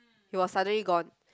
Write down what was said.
he was suddenly gone